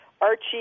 Archie